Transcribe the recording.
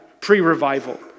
pre-revival